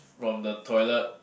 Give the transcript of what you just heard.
from the toilet